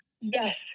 Yes